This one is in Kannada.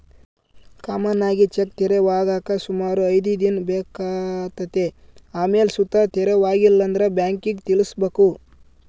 ಕಾಮನ್ ಆಗಿ ಚೆಕ್ ತೆರವಾಗಾಕ ಸುಮಾರು ಐದ್ ದಿನ ಬೇಕಾತತೆ ಆಮೇಲ್ ಸುತ ತೆರವಾಗಿಲ್ಲಂದ್ರ ಬ್ಯಾಂಕಿಗ್ ತಿಳಿಸ್ಬಕು